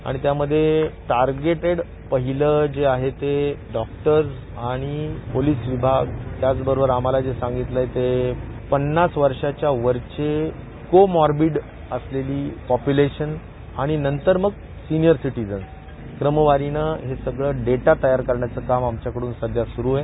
आणि त्यामध्ये टारगेटेड पहिलं जे आहे ते डॉक्टरर्स आणि पोलीस विभाग त्याचबरोबर आम्हाला जे सांगितलं आहे ते पन्नास वर्षांचे वरचे को मॉरबीड असलेली पॉप्यूलेशन आणि नंतर मग सिनीअर सिटीझन्स क्रमवारीनं हा सगळा डेटा तयार करण्याचं काम आमच्याकड्रन सध्या स्रुरु आहे